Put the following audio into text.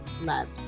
loved